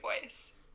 voice